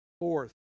Fourth